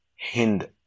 hind